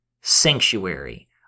sanctuary